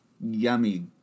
yummy